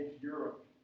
europe